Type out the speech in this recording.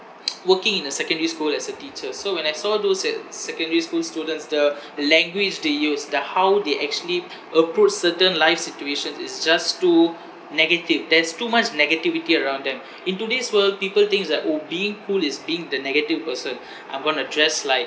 working in a secondary school as a teacher so when I saw those at secondary school students the the language they use the how they actually approach certain life situations is just too negative there's too much negativity around them in today's world people thinks that orh being cool is being the negative person I'm going to dress like